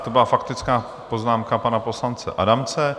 To byla faktická poznámka pana poslance Adamce.